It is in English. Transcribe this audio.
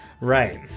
right